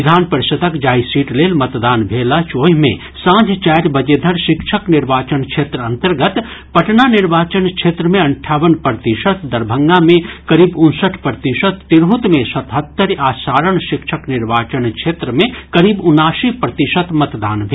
विधान परिषद्क जाहि सीट लेल मतदान भेल अछि ओहि मे सांझ चारि बजे धरि शिक्षक निर्वाचन क्षेत्र अन्तर्गत पटना निर्वाचन क्षेत्र मे अंठाबन प्रतिशत दरभंगा मे करीब उनसठि प्रतिशत तिरहुत मे सतहत्तरि आ सारण शिक्षक निर्वाचन क्षेत्र मे करीब उनासी प्रतिशत मतदान भेल